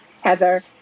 Heather